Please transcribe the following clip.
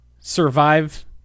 survive